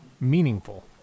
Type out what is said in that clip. meaningful